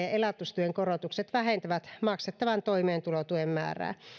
ja elatustuen korotukset vähentävät maksettavan toimeentulotuen määrää